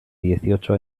dieciocho